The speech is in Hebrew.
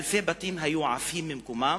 אלפי בתים היו עפים ממקומם